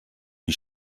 wie